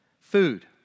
food